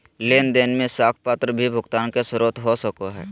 लेन देन में साख पत्र भी भुगतान के स्रोत हो सको हइ